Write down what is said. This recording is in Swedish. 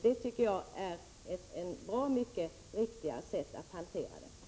Det tycker jag är ett bra mycket riktigare sätt att hantera frågan.